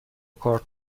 کارت